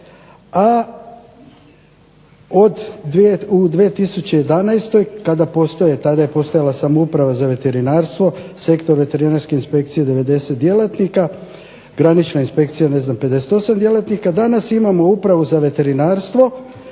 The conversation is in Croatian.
postoje, tada je postojala samouprava za veterinarstvo, sektor veterinarske inspekcije 90 djelatnika, granična inspekcija 58 djelatnika. Danas imamo Upravu za veterinarstvo